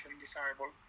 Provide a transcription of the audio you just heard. desirable